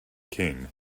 king